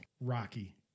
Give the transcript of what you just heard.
Rocky